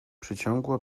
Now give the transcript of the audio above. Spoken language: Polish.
przeciągła